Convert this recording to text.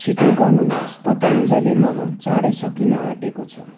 छिटो गर्नुहोस् पतंजली मह चाँडै सकिन आँटेको छ